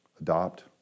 adopt